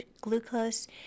glucose